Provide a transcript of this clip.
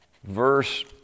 verse